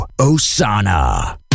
Osana